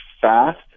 fast